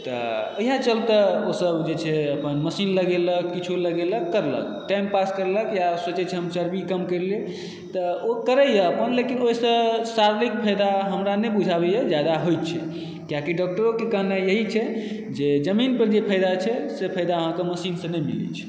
तऽ इएह चलते ओ सब जे छै अपन मशीन लगेलक किछु लगेलक करलक टाइम पास करलक या सोचए छै हम चर्बी कम करि लेब तऽ ओ करैए अपन लेकिन ओहिसँ शारीरिक फायदा हमरा नहि बुझाबैए जादा होइ छै किएकि डाक्टरोके कहनाइ इएह छै जे जमीन पर जे फायदा छै ओ फायदा अहाँकेँ मशीनसँ नहि मिलैत छै